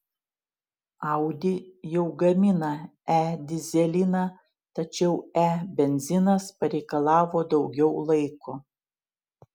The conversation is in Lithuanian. audi jau gamina e dyzeliną tačiau e benzinas pareikalavo daugiau laiko